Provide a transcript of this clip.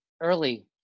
early